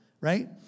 right